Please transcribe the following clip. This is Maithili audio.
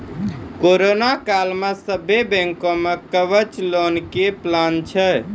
करोना काल मे सभ्भे बैंक मे कवच लोन के प्लान छै